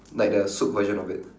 like the soup version of it